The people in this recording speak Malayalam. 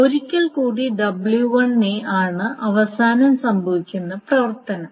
ഒരിക്കൽ കൂടി w1 ആണ് അവസാനം സംഭവിക്കുന്ന പ്രവർത്തനം